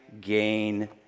gain